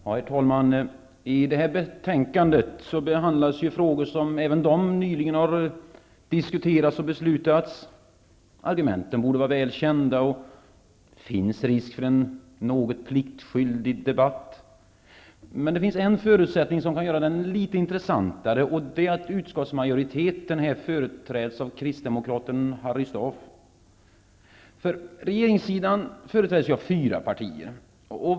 Herr talman! I det här betänkandet behandlas frågor som vi nyligen har diskuterat och fattat beslut om. Argumenten borde vara väl kända, och det finns risk för en något pliktskyldig debatt. Men det finns en omständighet som kan göra den litet intressantare, och det är att utskottsmajoriteten här företräds av kristdemokraten Harry Staaf. Regeringssidan består ju av fyra partier.